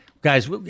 Guys